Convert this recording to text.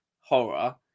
horror